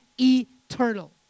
eternal